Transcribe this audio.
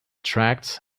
tracts